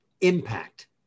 impact